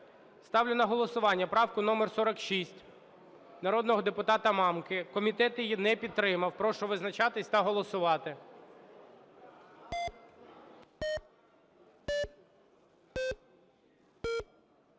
Ставлю на голосування правку номер 46 народного депутата Мамки. Комітет її не підтримав. Прошу визначатись та голосувати.